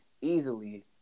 easily